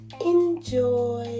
enjoy